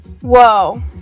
Whoa